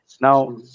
Now